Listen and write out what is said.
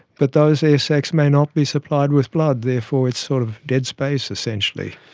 but those air sacs may not be supplied with blood, therefore it's sort of dead space essentially.